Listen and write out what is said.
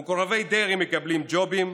ומקורבי דרעי מקבלים ג'ובים.